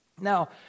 Now